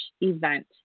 event